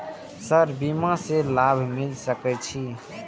Sir बीमा से की लाभ मिल सके छी?